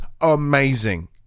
amazing